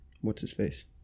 What's-His-Face